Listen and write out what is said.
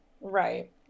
Right